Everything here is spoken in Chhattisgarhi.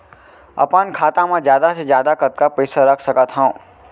अपन खाता मा जादा से जादा कतका पइसा रख सकत हव?